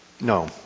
No